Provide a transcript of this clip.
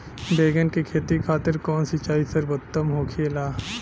बैगन के खेती खातिर कवन सिचाई सर्वोतम होखेला?